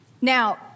Now